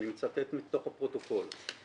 אני מצטט מתוך הפרוטוקול.